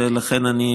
ולכן אני,